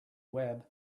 web